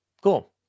Cool